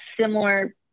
similar